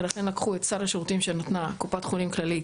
ולכן לקחו את סל השירותים שנתנה קופת חולים כללית